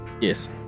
Yes